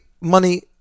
money